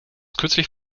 kürzlich